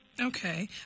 Okay